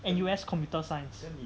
N_U_S computer science